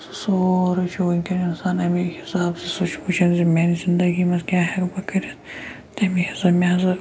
سُہ سورُے چھِ وٕنکیٚن اِنسان اَمی حِساب سُہ چھِ وٕچھان زِ میٛانہِ زِندگی منٛز کیٛاہ ہیٚکہٕ بہٕ کٔرِتھ تَمی حِساب مےٚ حظ